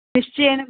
निश्चयेन भगिनी